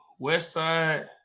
Westside